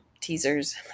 teasers